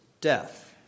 death